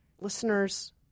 listeners